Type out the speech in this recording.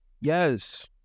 Yes